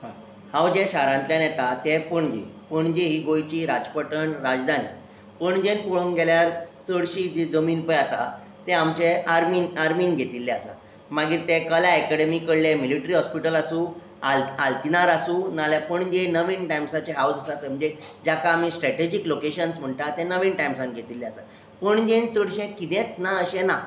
हांव ज्या शारांतल्यान येतां तें पणजे पणजे ही गोंयची राडपटण राजधानी पणजे पळोवंक गेल्यार चडशीं जी जमीन पळय आसा ते आमचे आर्मी आर्मीक घेतिल्ली आसा मागीर तें कला अकादेमी कडलें मिलीटरी हॉस्पीटल आसूं आल आल्तीनार आसूं नाल्यार पणजे नवींद टायम्साचें हावज आसा थंय म्हणजे जाका आमी स्ट्रेटजीक लोकेशन्स म्हणटा तें नवीन टायम्सान घेतिल्लें आसा पणजेन चडशें कितेंच ना अशें ना